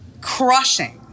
crushing